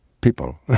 people